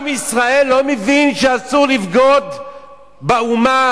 עם ישראל לא מבין שאסור לבגוד באומה?